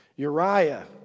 Uriah